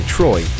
Troy